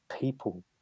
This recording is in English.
people